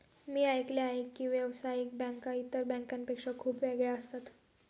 मी ऐकले आहे की व्यावसायिक बँका इतर बँकांपेक्षा खूप वेगळ्या असतात